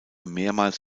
mehrmals